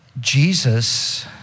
Jesus